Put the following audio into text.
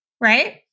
Right